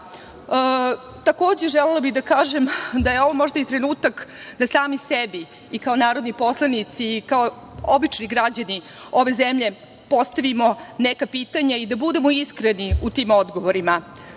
želela bih da kažem da je ovo možda i trenutak da sami sebi i kao narodni poslanici i kao obični građani ove zemlje postavimo neka pitanja i da budemo iskreni u tim odgovorima